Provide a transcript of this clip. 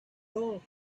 all